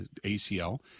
ACL